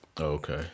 Okay